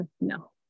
no